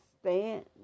stand